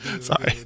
Sorry